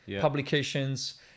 publications